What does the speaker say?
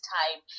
time